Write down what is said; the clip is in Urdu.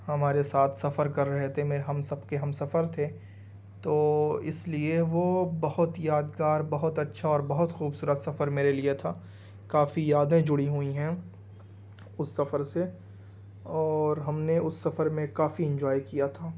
ہمارے ساتھ سفر کر رہے تھے میں ہم سب کے ہم سفر تھے تو اس لیے وہ بہت یادگار بہت اچھا اور بہت خوبصورت سفر میرے لیے تھا کافی یادیں جڑیں ہوئی ہیں اس سفر سے اور ہم نے اس سفر میں کافی انجوائے کیا تھا